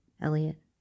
Elliot